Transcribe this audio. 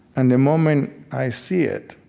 and the moment i see it,